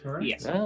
Yes